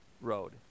road